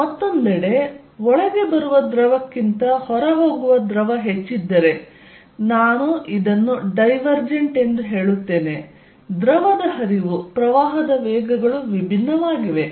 ಮತ್ತೊಂದೆಡೆ ಒಳಗೆ ಬರುವ ದ್ರವಕ್ಕಿಂತ ಹೊರಹೋಗುವ ದ್ರವ ಹೆಚ್ಚಿದ್ದರೆ ನಾನು ಇದನ್ನು ಡೈವರ್ಜೆಂಟ್ ಎಂದು ಹೇಳುತ್ತೇನೆ ದ್ರವದ ಹರಿವು ಪ್ರವಾಹದ ವೇಗಗಳು ವಿಭಿನ್ನವಾಗಿವೆ